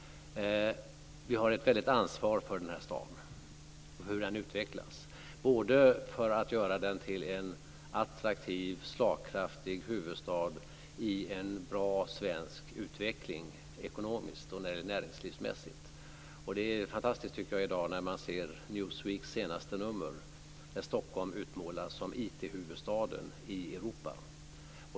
Vi har ett ansvar för den här staden och för hur den utvecklas. Vi har ansvar för att göra den till en attraktiv slagkraftig huvudstad i en bra svensk utveckling, ekonomiskt och näringslivsmässigt. Det är fantastiskt i dag, tycker jag, när man ser Newsweeks senaste nummer där Stockholm utmålas som IT huvudstaden i Europa.